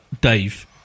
Dave